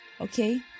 Okay